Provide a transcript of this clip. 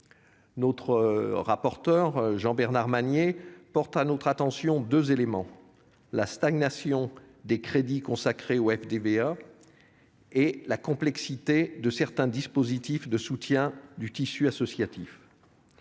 pour avis, Jacques-Bernard Magner, porte à notre attention deux éléments : la stagnation des crédits consacrés au FDVA et la complexité de certains dispositifs de soutien du tissu associatif.